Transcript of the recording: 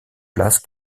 places